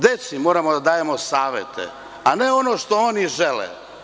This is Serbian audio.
Deci moramo da dajemo savete, a ne ono što oni žele.